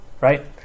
right